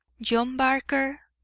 john barker,